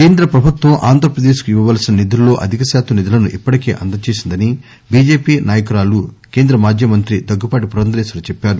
కేంద్ర ప్రభుత్వం ఆంధ్రప్రదేశ్ కు ఇవ్వవలసిన నిధులలో అధిక శాతం నిధులను ఇప్పటికే అందజేసిందని బీజెపి నాయకురాలు కేంద్ర మాజీ మంత్రి దగ్గుపాటి పురందేశ్వరి చెప్పారు